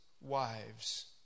wives